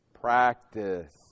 Practice